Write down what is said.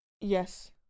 Yes